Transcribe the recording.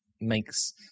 makes